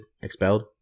Expelled